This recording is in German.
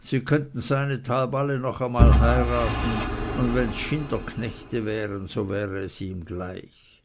sie könnten seinethalb alle noch einmal heiraten und wenns schinderknechte wären so wäre es ihm gleich